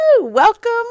welcome